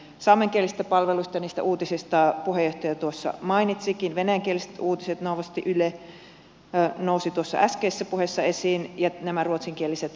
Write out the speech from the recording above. saamenkielisistä palveluista ja niistä uutisista puheenjohtaja tuossa mainitsikin venäjänkieliset uutiset novosti yle nousivat tuossa äskeisessä puheessa esiin ja nämä ruotsinkieliset palvelut myöskin